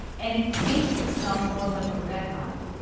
and it tastes and smells more like a red hot.